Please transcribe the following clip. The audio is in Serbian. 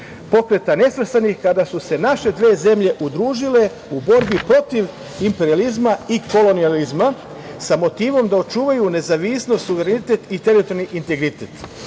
Pokreta nesvrstanih, kada su se naše dve zemlje udružile u borbi protiv imperijalizma i kolonijalizma, sa motivom da očuvaju nezavisnost, suverenitet i teritorijalni integritet. Bez